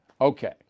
Okay